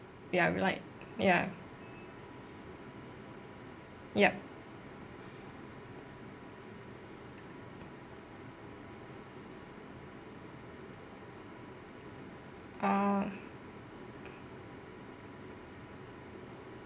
ya we like ya yup orh